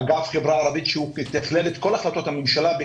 אגף חברה ערבית שיתכלל את כל החלטות הממשלה,